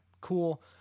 Cool